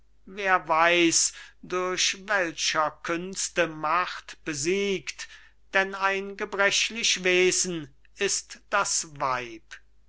wer weiß durch welcher künste macht besiegt denn ein gebrechlich wesen ist das weib